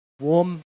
warm